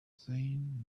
saying